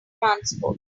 transport